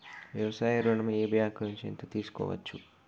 వ్యవసాయ ఋణం ఏ బ్యాంక్ నుంచి ఎంత తీసుకోవచ్చు?